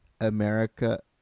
America